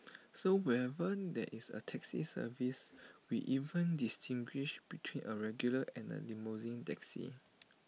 so where when that is A taxi service we even distinguish between A regular and A limousine taxi